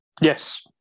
Yes